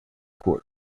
court